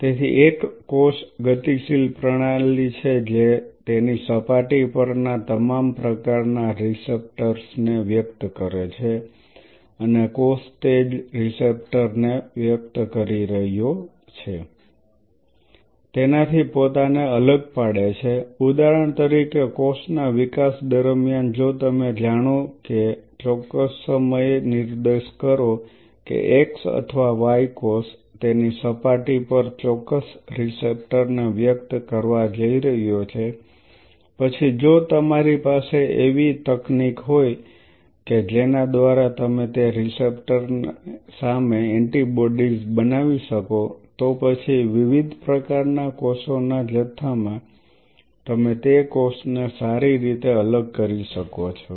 તેથી એક કોષ ગતિશીલ પ્રણાલી છે જે તેની સપાટી પરના તમામ પ્રકારના રીસેપ્ટર્સ ને વ્યક્ત કરે છે અને કોષ તે જે રીસેપ્ટર ને વ્યક્ત કરી રહ્યો છે તેનાથી પોતાને અલગ પાડે છે ઉદાહરણ તરીકે કોષના વિકાસ દરમિયાન જો તમે જાણો છો કે ચોક્કસ સમયે નિર્દેશ કરો કે x અથવા y કોષ તેની સપાટી પર ચોક્કસ રીસેપ્ટર ને વ્યક્ત કરવા જઈ રહ્યો છે પછી જો તમારી પાસે એવી તકનીક હોય કે જેના દ્વારા તમે તે રીસેપ્ટર સામે એન્ટિબોડીઝ બનાવી શકો તો પછી વિવિધ પ્રકારના કોષોના જથ્થા માં તમે તે કોષને સારી રીતે અલગ કરી શકો છો